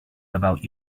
about